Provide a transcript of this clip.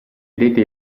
addetti